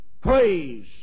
praise